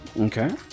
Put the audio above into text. Okay